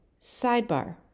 Sidebar